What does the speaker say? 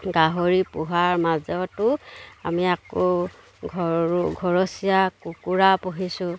গাহৰি পোহাৰ মাজতো আমি আকৌ ঘৰো ঘৰচীয়া কুকুৰা পুহিছোঁ